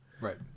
Right